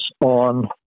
on